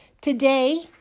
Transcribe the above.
Today